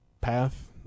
path